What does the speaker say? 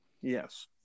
Yes